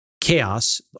chaos